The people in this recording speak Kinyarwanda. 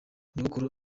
nyogokuru